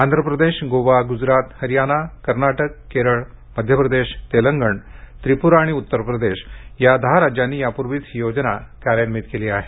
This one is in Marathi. आंध्र प्रदेश गोवा ग्जरात हरियाणा कर्ना कि केरळ मध्य प्रदेश तेलंगण त्रिप्रा आणि उत्तर प्रदेश या दहा राज्यांनी यापूर्वीच ही योजना कार्यान्वित केली आहे